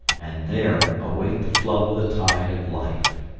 and there await the flow of the tide of life.